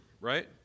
right